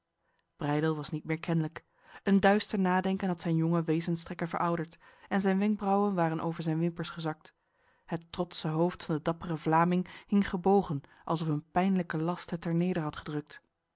breydel was niet meer kenlijk een duister nadenken had zijn jonge wezenstrekken verouderd en zijn wenkbrauwen waren over zijn wimpers gezakt het trotse hoofd van de dappere vlaming hing gebogen alsof een pijnlijke last het ter neder had gedrukt